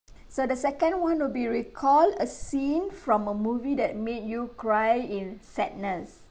so the second one will be recall a scene from a movie that made you cry in sadness